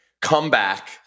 comeback